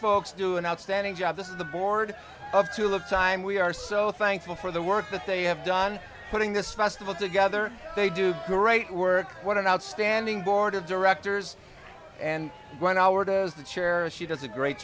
folks do an outstanding job this is the board of tulip time we are so thankful for the work that they have done putting this festival together they do great work what an outstanding board of directors and run our toes the chair she does a great